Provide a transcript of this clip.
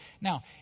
Now